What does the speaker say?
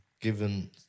given